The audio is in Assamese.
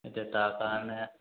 এতিয়া তাৰ কাৰণে